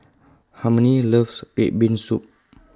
Harmony loves Red Bean Soup